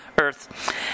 earth